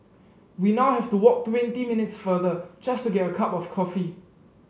we now have to walk twenty minutes farther just to get a cup of coffee